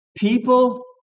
People